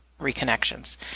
reconnections